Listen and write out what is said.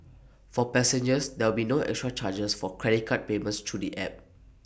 for passengers there'll be no extra charges for credit card payments through the app